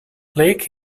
lake